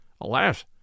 Alas